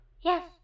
Yes